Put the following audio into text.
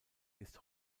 ist